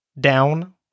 down